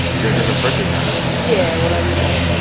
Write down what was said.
you're a different person kind of yeah, when i'm, like,